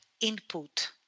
input